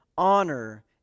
honor